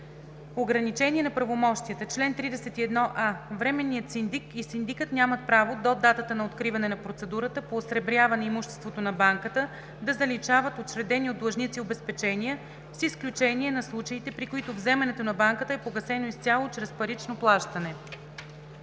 „Ограничение на правомощията Чл. 31а. Временният синдик и синдикът нямат право до датата на откриване на процедурата по осребряване имуществото на банката да заличават учредени от длъжници обезпечения, с изключение на случаите, при които вземането на банката е погасено изцяло чрез парично плащане.“